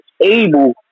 able